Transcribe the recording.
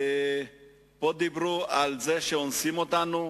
פה דיברו על זה שאונסים אותנו,